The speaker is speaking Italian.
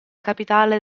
capitale